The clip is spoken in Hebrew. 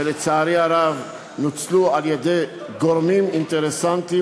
ולצערי הרב נוצלו על-ידי גורמים אינטרסנטיים